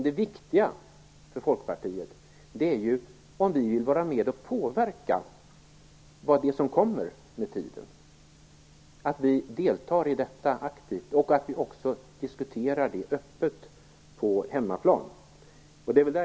Det viktiga för Folkpartiet är om vi vill vara med och påverka det som med tiden kommer, att vi aktivt deltar i detta och att vi diskuterar det öppet på hemmaplan.